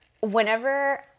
Whenever